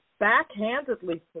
backhandedly